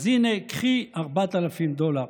אז הינה, קחי 4,000 דולר.